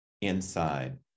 inside